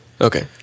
Okay